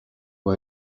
who